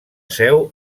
seu